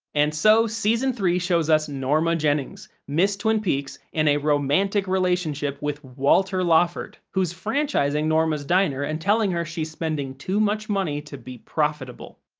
and so, season three shows us norma jennings, miss twin peaks, in a romantic relationship with walter lawford, who is franchising norma's diner and telling her she's spending too much money to be profitable.